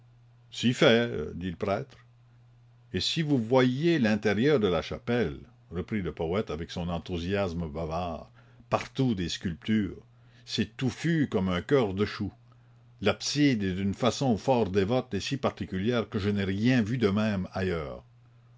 si fait dit le prêtre et si vous voyiez l'intérieur de la chapelle reprit le poète avec son enthousiasme bavard partout des sculptures c'est touffu comme un coeur de chou l'abside est d'une façon fort dévote et si particulière que je n'ai rien vu de même ailleurs